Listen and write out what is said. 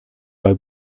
bei